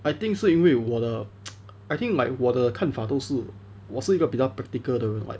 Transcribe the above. I think 是因为我的 I think like 我的看法都是我是一个比较 practical 的人 like